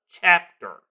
chapter